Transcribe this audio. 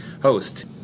host